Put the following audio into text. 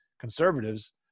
conservatives